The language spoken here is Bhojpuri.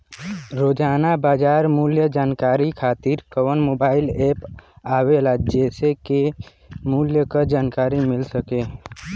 रोजाना बाजार मूल्य जानकारी खातीर कवन मोबाइल ऐप आवेला जेसे के मूल्य क जानकारी मिल सके?